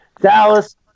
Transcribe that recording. Dallas